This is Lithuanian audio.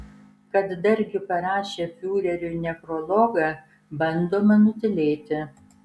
kad dargi parašė fiureriui nekrologą bandoma nutylėti